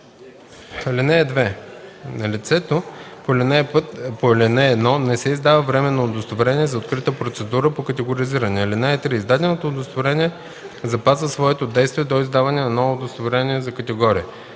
129. (2) На лицето по ал. 1 не се издава временно удостоверение за открита процедура по категоризиране. (3) Издаденото удостоверение запазва своето действие до издаването на новото удостоверение за категория.